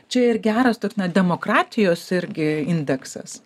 čia ir geras toks na demokratijos irgi indeksas